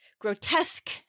grotesque